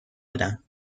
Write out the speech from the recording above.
بدم